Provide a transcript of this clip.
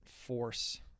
force